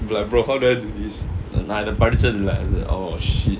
be like bro how do I do this நா இத படிச்சதில்ல:naa itha padichathilla oh shit